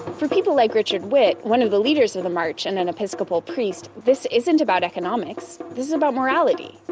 for people like richard witt, one of the leaders of the march and an episcopal priest, this isn't about economics. this is about morality.